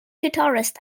guitarist